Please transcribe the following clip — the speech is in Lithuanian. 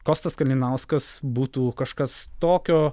kostas kalinauskas būtų kažkas tokio